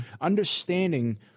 understanding